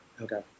Okay